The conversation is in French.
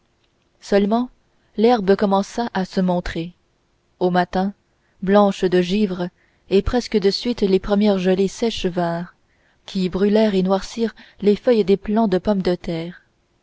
seulement l'herbe commença à se montrer au matin blanche de givre et presque de suite les premières gelées sèches vinrent qui brûlèrent et noircirent les feuilles des plants de pommes de terre